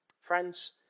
Friends